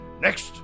Next